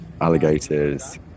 alligators